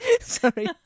Sorry